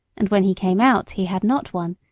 and when he came out he had not one,